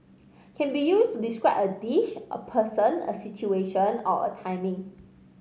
can be used to describe a dish a person a situation or a timing